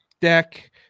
deck